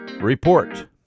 Report